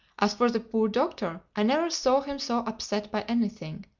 as for the poor doctor, i never saw him so upset by anything.